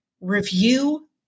review